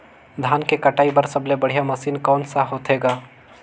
धान के कटाई बर सबले बढ़िया मशीन कोन सा होथे ग?